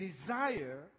desire